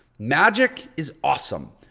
magic is awesome.